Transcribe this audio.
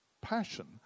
passion